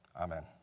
amen